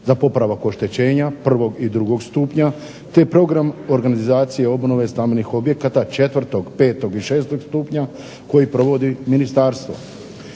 za popravak oštećenja prvog i drugog stupnja te program organizacije obnove stambenih objekata četvrtog, petog i šestog stupnja koji provodi ministarstvo.